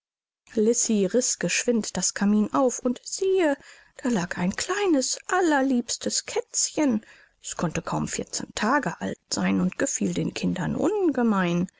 geschwind das kamin auf und siehe da lag ein kleines allerliebstes kätzchen es konnte kaum vierzehn tage alt sein und gefiel den kindern ungemein